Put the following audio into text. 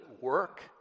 work